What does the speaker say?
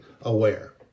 aware